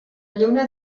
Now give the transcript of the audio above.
lluna